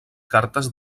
cartes